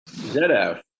ZF